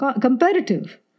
Comparative